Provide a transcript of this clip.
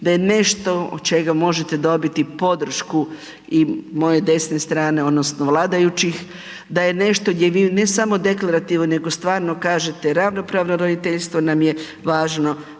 da je nešto od čega možete dobiti podršku i moje desne strane odnosno vladajućih, da je nešto gdje vi ne samo deklarativno nego stvarno kažete ravnopravno roditeljstvo nam je važno,